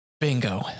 Bingo